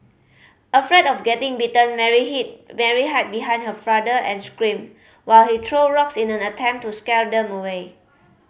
afraid of getting bitten Mary hid Mary hide behind her father and screamed while he threw rocks in an attempt to scare them away